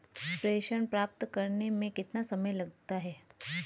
प्रेषण प्राप्त करने में कितना समय लगता है?